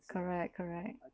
correct correct